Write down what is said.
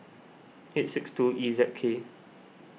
eight six two E Z K